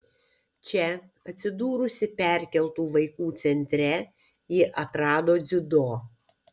čia atsidūrusi perkeltų vaikų centre ji atrado dziudo